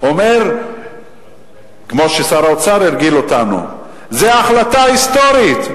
אומר כמו ששר האוצר הרגיל אותנו זה החלטה היסטורית,